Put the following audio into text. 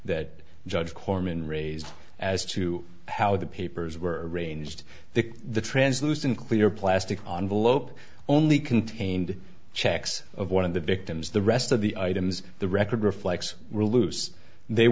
that judge korman raised as to how the papers were arranged the translucent clear plastic on the lope only contained checks of one of the victims the rest of the items the record reflects were loose they